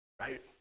right